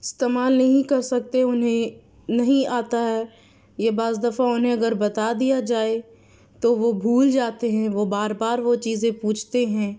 استعمال نہیں کر سکتے انہیں نہیں آتا ہے یا بعض دفعہ انہیں اگر بتا دیا جائے تو وہ بھول جاتے ہیں وہ بار بار وہ چیزیں پوچھتے ہیں